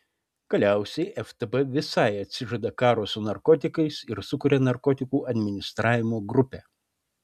galiausiai ftb visai atsižada karo su narkotikais ir sukuria narkotikų administravimo grupę